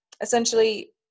Essentially